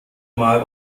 mal